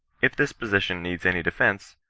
if this position needs any defence,